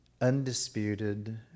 undisputed